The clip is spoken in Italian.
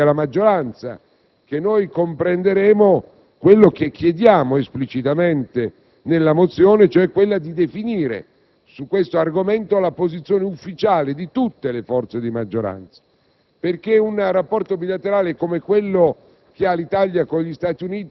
sarà nello svolgimento di questo dibattito, sarà negli interventi della maggioranza che noi comprenderemo quello che chiediamo esplicitamente nella mozione, cioè di definire su questo argomento la posizione ufficiale di tutte le forze di maggioranza.